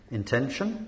intention